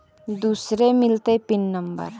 दुसरे मिलतै pin number?